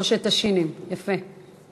שלושת השי"נים, יפה.